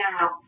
now